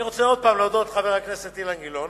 אני רוצה עוד פעם להודות לחבר הכנסת אילן גילאון